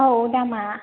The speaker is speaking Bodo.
औ दामा